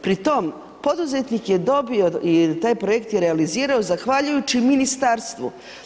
Pri tom poduzetnik je dobio i taj projekt je realizirao zahvaljujući ministarstvu.